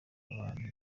abantu